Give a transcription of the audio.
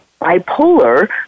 bipolar